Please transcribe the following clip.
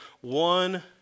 one